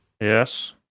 Yes